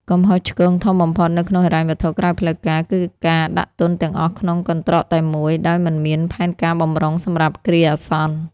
កំហុសឆ្គងធំបំផុតនៅក្នុងហិរញ្ញវត្ថុក្រៅផ្លូវការ គឺការដាក់ទុនទាំងអស់ក្នុង "កន្ត្រកតែមួយ" ដោយមិនមានផែនការបម្រុងសម្រាប់គ្រាអាសន្ន។